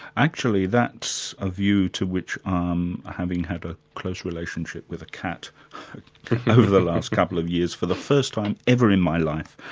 actually, that's a view to which, um having had a close relationship with a cat over the last couple of years for the first time ever in my life,